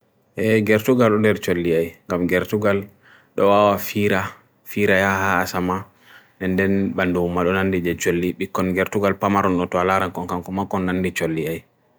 Eyi, no feere, mi njama yaafa tan ngare e nder, ko wi'u Chicken ɗo ewi hoore-ɗo e waɗi dawru.